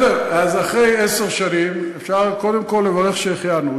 אז אחרי עשר שנים אפשר קודם כול לברך "שהחיינו".